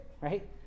right